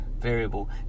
variable